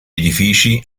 edifici